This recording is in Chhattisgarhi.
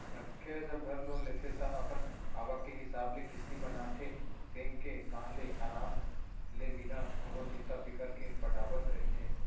मनखे ह जब घर लोन लेथे ता अपन आवक के हिसाब ले किस्ती बनाथे बेंक के ताहले अराम ले बिना कोनो चिंता फिकर के पटावत रहिथे